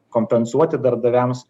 kompensuoti darbdaviams